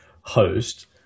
host